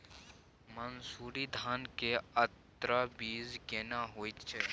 मन्सूरी धान के उन्नत बीज केना होयत छै?